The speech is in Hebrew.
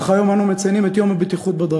אך היום אנו מציינים את יום הבטיחות בדרכים.